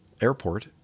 airport